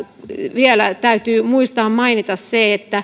vielä täytyy muistaa mainita se